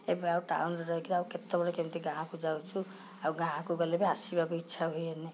ଏବେ ଆଉ ଟାଉନରେ ରହିକରି ଆଉ କେତେବେଳେ କେମିତି ଗାଁକୁ ଯାଉଛୁ ଆଉ ଗାଁକୁ ଗଲେ ବି ଆସିବାକୁ ଇଚ୍ଛା ହୁଏନି